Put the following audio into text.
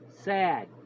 sad